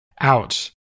out